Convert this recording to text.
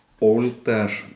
older